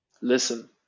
listen